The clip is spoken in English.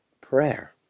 prayer